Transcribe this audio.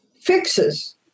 fixes